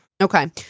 Okay